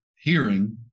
hearing